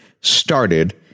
started